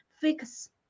fix